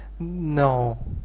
No